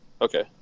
Okay